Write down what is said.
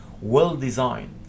Well-designed